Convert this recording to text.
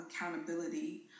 accountability